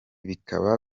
bikaba